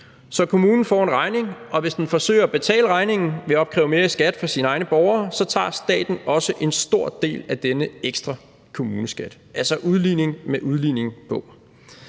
Så kommunen får en regning, og hvis den forsøger at betale regningen ved at opkræve mere i skat fra sine egne borgere, så tager staten også en stor del af denne ekstra kommuneskat – altså udligning med udligning på.